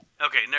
Okay